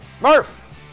Murph